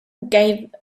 gave